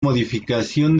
modificación